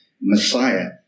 Messiah